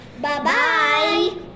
Bye-bye